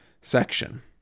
Section